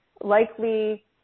likely